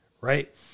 Right